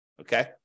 Okay